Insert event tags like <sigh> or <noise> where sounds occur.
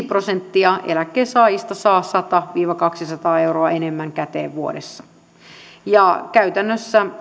<unintelligible> prosenttia eläkkeensaajista saa sata viiva kaksisataa euroa enemmän käteen vuodessa käytännössä